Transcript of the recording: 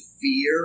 fear